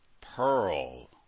Pearl